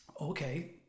okay